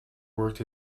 worked